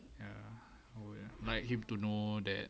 err like him to know that